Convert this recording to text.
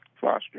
Foster